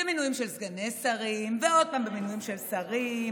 במינויים של סגני שרים ועוד פעם במינויים של שרים.